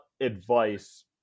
advice